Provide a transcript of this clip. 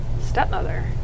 Stepmother